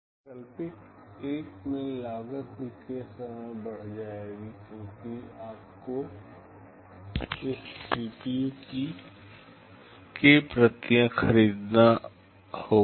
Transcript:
वैकल्पिक 1 में लागत भी k समय बढ़ जाएगी क्योंकि आपको इस CPU की k प्रतियां खरीदना होगा